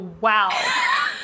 wow